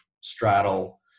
straddle